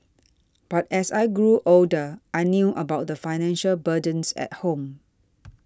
but as I grew older I knew about the financial burdens at home